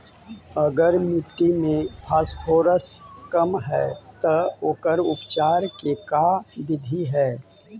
अगर मट्टी में फास्फोरस कम है त ओकर उपचार के का बिधि है?